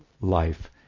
life